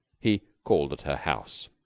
he called at her house.